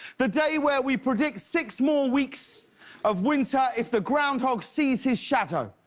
the day where we predict six more weeks of winter if the groundhog sees his shadow.